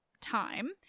time